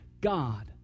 God